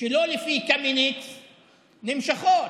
שלא לפי קמיניץ נמשכות.